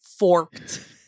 Forked